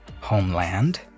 homeland